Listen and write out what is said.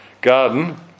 garden